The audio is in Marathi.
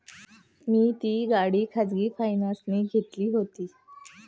मी ती गाडी खाजगी फायनान्सने घेतली होती